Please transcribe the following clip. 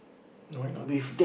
why not